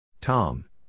Tom